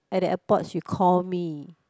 at the airport she call me